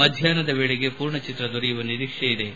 ಮಧ್ಯಾಪ್ನದ ವೇಳೆಗೆ ಪೂರ್ಣ ಚಿತ್ರ ದೊರೆಯುವ ನಿರೀಕ್ಷೆ ಇದ್ದು